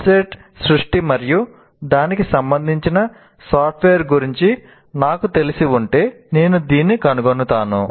website సృష్టి మరియు దానికి సంబంధించిన సాఫ్ట్వేర్ గురించి నాకు తెలిసి ఉంటే నేను దీన్ని కనుగొనగలుగుతాను